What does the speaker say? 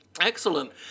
Excellent